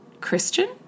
Christian